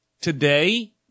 today